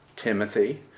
Timothy